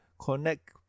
connect